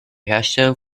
herstellung